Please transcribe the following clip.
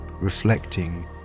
reflecting